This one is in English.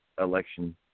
election